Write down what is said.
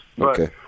Okay